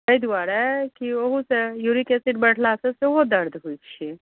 एहि दुआरे कि ओहूसँ यूरिक एसिड बढ़लासँ सेहो दर्द होइत छै